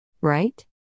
Right